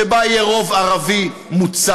שבה יהיה רוב ערבי מוצק,